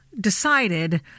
decided